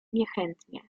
niechętnie